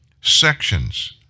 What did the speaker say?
sections